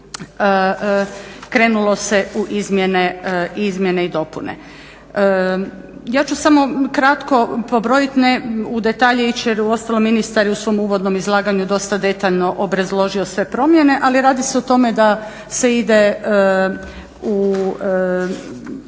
krenulo se u izmjene i dopune. Ja ću samo kratko pobrojit, ne u detalje ići jer uostalom ministar je u svom uvodnom izlaganju dosta detaljno obrazložio sve promjene. Ali radi se o tome da se ide u